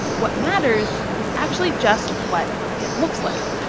what matters is actually just what it looks like.